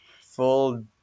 full